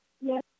Yes